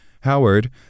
Howard